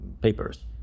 papers